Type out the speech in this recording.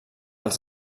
els